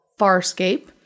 Farscape